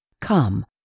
come